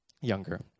younger